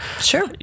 sure